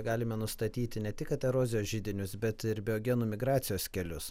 galime nustatyti ne tik kad erozijos židinius bet ir biogenų migracijos kelius